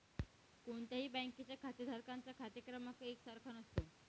कोणत्याही बँकेच्या खातेधारकांचा खाते क्रमांक एक सारखा नसतो